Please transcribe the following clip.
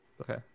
Okay